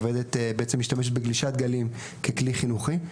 שמשתמשת בגלישת גלים ככלי חינוכי.